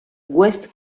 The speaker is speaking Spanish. west